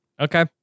Okay